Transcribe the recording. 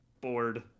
bored